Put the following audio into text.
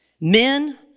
men